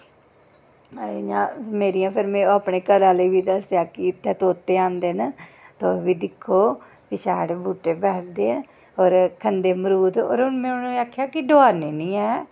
ते मेरी में अपने घरे आह्ले गी बी दस्सेआ कि इ'त्थें तोते आंदे न तुस बी दिक्खो एह् शैल बूह्टे पर बैठदे न होर खंदे मरूद होर में उ'नें ई आखेआ कि डोआरने निं हैन